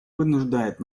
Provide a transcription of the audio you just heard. вынуждает